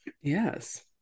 Yes